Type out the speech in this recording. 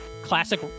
classic